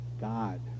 God